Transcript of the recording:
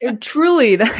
truly